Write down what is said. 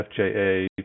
FJA